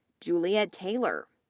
julia taylor,